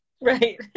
Right